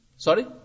Sorry